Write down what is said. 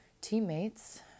teammates